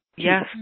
Yes